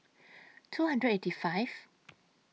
two hundred eighty Fifth